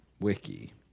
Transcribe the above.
Wiki